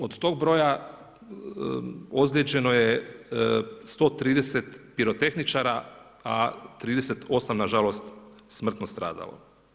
Od tog broja ozlijeđeno je 130 pirotehničara, a 38 nažalost, smrtno stradalo.